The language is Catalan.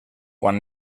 quan